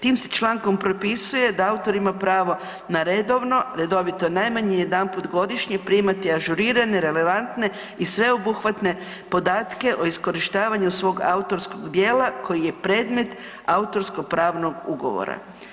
Tim se člankom propisuje da „autor ima pravo na redovno, redovito najmanje jedanput godišnje primati ažurirane relevantne i sveobuhvatne podatke o iskorištavanju svog autorskog djela koji je predmet autorsko-pravnog ugovora“